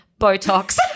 Botox